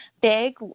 big